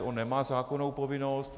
On nemá zákonnou povinnost.